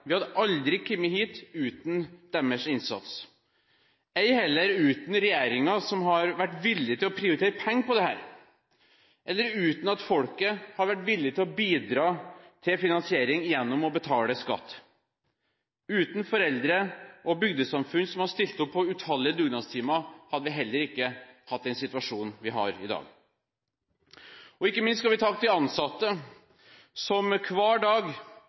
Vi hadde aldri kommet hit uten deres innsats, og heller ikke uten regjeringen, som har vært villig til å prioritere penger til dette – eller uten at folk hadde vært villig til å bidra til finansiering gjennom å betale skatt. Uten foreldre og bygdesamfunn som hadde stilt opp på utallige dugnadstimer, hadde vi heller ikke hatt den situasjonen vi har i dag. Ikke minst skal vi takke de ansatte, som hver dag